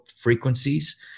frequencies